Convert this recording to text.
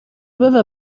river